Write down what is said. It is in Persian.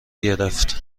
گرفت